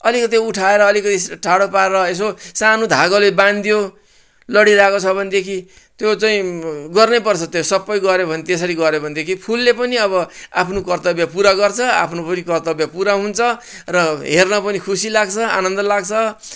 अलिकति उठाएर अलिकति ठाडो पारेर यसो सानो धागोले बानिदियो लडिरहेको छ भनेदेखि त्यो चाहिँ गर्नैपर्छ त्यो सबै गऱ्यो भने त्यसरी गऱ्यो भनेदेखि फुलले पनि अब आफ्नो कर्त्तव्य पुरा गर्छ आफ्नो पनि कर्त्तव्य पुरा हुन्छ र हेर्न पनि खुसी लाग्छ आनन्द लाग्छ